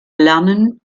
lernen